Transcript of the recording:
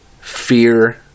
fear